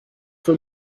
for